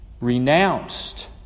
renounced